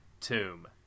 tomb